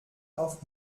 auf